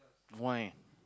why